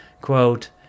quote